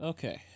Okay